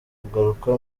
kugaruka